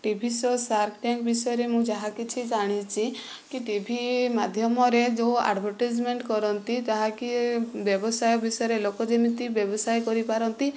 TV show Shark Tank ବିଷୟରେ ମୁଁ ଯାହା କିଛି ଜାଣିଛି କି ଟିଭି ମାଧ୍ୟମରେ ଯେଉଁ ଆଡ଼ଭଟାଇଜମେଣ୍ଟ କରନ୍ତି ତାହା କି ବ୍ୟବସାୟ ବିଷୟରେ ଲୋକ ଯେମିତି ବ୍ୟବସାୟ କରିପାରନ୍ତି